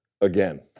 again